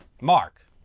Mark